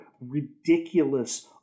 ridiculous